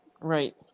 right